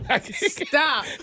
Stop